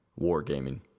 Wargaming